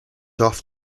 off